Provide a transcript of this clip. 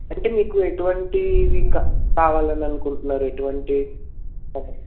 అంటే మీకు ఎటువంటీవి క కావాలని అనుకుంటున్నారు ఎటువంటి కలర్స్